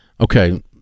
Okay